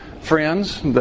friends